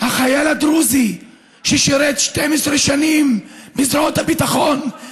החייל הדרוזי ששירת 12 שנים בזרועות הביטחון.